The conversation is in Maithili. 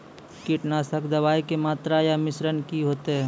कीटनासक दवाई के मात्रा या मिश्रण की हेते?